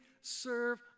serve